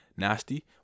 nasty